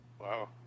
Wow